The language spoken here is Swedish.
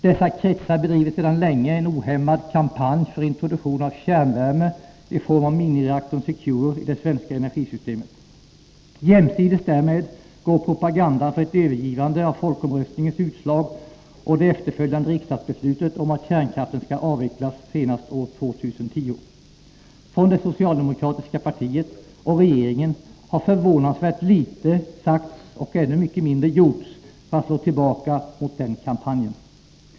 Dessa kretsar bedriver sedan länge en ohämmad kampanj för introduktion av kärnvärme i form av minireaktorn Secure i det svenska energisystemet. Jämsides därmed går propagandan för ett övergivande av folkomröstningens utslag och det efterföljande riksdagsbeslutet om att kärnkraften skall avvecklas senast år 2010. Från det socialdemokratiska partiet och regeringen har förvånansvärt litet sagts och ännu mycket mindre gjorts för att slå tillbaka mot den kampanjen.